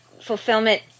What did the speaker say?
fulfillment